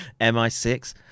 mi6